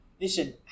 Listen